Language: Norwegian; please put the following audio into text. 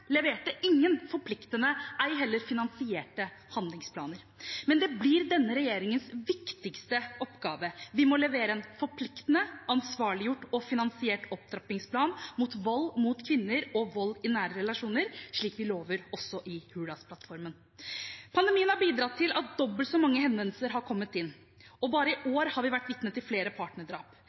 ei heller finansierte handlingsplaner, men det blir denne regjeringens viktigste oppgave. Vi må levere en forpliktende, ansvarliggjort og finansiert opptrappingsplan mot vold mot kvinner og vold i nære relasjoner, slik vi også lover i Hurdalsplattformen. Pandemien har bidratt til at dobbelt så mange henvendelser har kommet inn, og bare i år har vi vært vitne til flere partnerdrap.